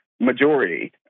Majority